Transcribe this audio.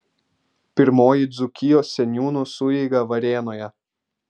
pirmoji dzūkijos seniūnų sueiga varėnoje